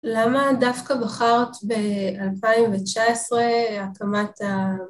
למה דווקא בחרת ב-2019, הקמת ה...